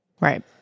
Right